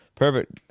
Perfect